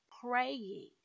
praying